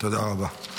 תודה רבה.